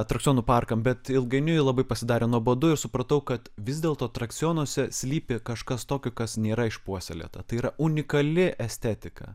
atrakcionų parkam bet ilgainiui labai pasidarė nuobodu ir supratau kad vis dėlto atrakcionuose slypi kažkas tokio kas nėra išpuoselėta tai yra unikali estetika